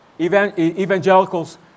Evangelicals